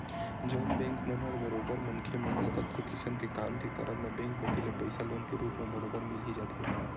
जउन बेंक मन ह बरोबर मनखे मन ल कतको किसम के काम के करब म बेंक कोती ले पइसा लोन के रुप म बरोबर मिल ही जाथे